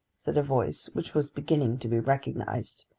said a voice which was beginning to be recognised.